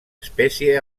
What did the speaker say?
espècie